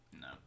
No